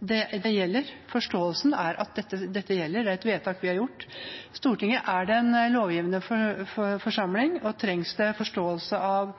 Det gjelder. Forståelsen er at dette gjelder, det er et vedtak vi har gjort. Stortinget er den lovgivende forsamling, og da trengs det forståelse av